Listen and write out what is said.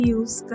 use